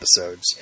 episodes